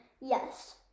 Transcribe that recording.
yes